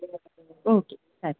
okay ಸರಿ